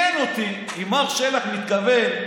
עניין אותי אם מר שלח מתכוון,